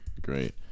Great